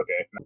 okay